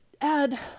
add